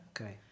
Okay